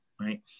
Right